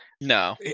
no